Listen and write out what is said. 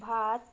भात